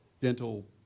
dental